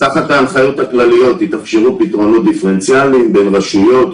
תחת ההנחיות הכלליות יתאפשרו פתרונות דיפרנציאליים בין רשויות,